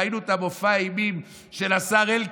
ראינו את מופע האימים של השר אלקין.